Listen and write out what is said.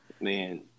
Man